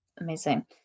Amazing